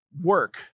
work